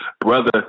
Brother